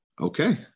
okay